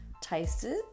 tasted